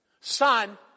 son